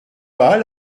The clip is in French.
pas